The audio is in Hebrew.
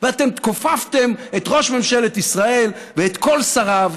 ואתם כופפתם את ראש ממשלת ישראל ואת כל שריו,